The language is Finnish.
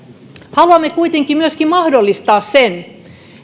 haluamme kuitenkin mahdollistaa myöskin sen